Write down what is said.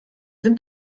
sind